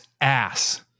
ass